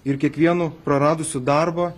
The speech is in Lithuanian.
ir kiekvienu praradusiu darbą